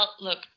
look